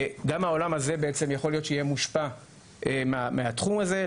גם העולם הזה יכול להיות שיהיה מושפע מהתחום הזה.